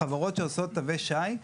החברות שעושות תווי שי,